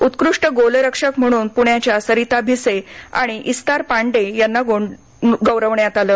उत्कृष्ट गोलरक्षक म्हणुन पुण्याच्या सरिता भिसे आणि ईस्तार पांडे यांना गौरवण्यात आलं